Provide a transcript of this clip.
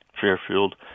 Fairfield